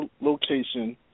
location